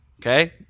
Okay